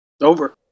Over